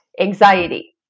Anxiety